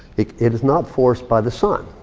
it it is not forced by the sun.